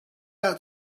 out